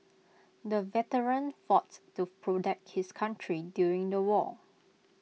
the veteran foughts to protect his country during the war